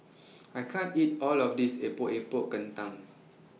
I can't eat All of This Epok Epok Kentang